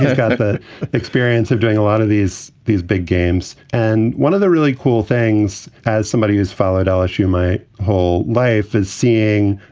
got the experience of doing a lot of these these big games. and one of the really cool things, as somebody who's followed ah lasu my whole life is seeing,